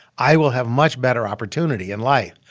i will have much better opportunity in life.